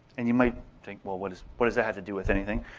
and you might think well what does what does that have to do with anything.